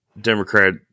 Democrat